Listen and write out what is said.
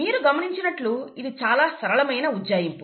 మీరు గమనించినట్లు ఇది చాలా సరళమైన ఉజ్జాయింపు